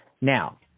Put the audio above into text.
Now